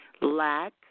lack